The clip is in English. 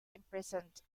imprisoned